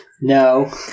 No